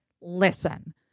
Listen